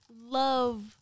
love